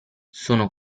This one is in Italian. sono